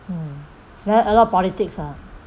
mm very a lot of politics lah